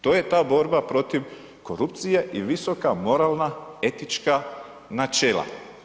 To je ta borba protiv korupcije i visoka moralna, etička načela.